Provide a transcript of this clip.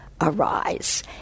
arise